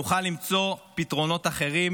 נוכל למצוא פתרונות אחרים,